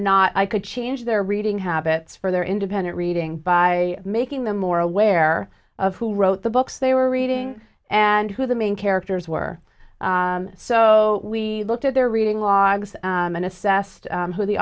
not i could change their reading habits for their reading by making them more aware of who wrote the books they were reading and who the main characters were and so we looked at their reading logs and assessed who the